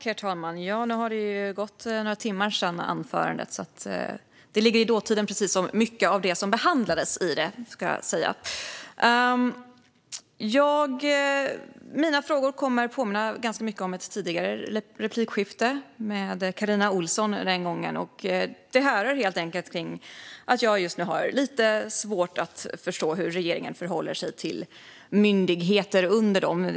Herr talman! Nu har det gått några timmar sedan det senaste anförandet hölls, så det ligger i dåtiden precis som mycket av det som behandlades i det. Mina frågor kommer att påminna ganska mycket om de i ett tidigare replikskifte, då med Carina Ohlsson. De härrör från att jag just nu har lite svårt att förstå hur regeringen förhåller sig till myndigheter under den.